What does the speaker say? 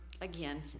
again